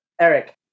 Eric